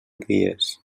dies